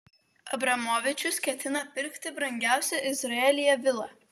abramovičius ketina pirkti brangiausią izraelyje vilą